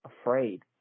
afraid